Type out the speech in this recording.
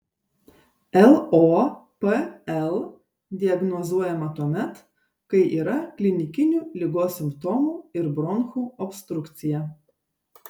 lopl diagnozuojama tuomet kai yra klinikinių ligos simptomų ir bronchų obstrukcija